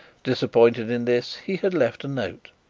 disappointed in this, he had left a note.